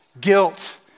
Guilt